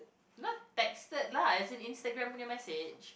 not texted lah as in Instagram punya message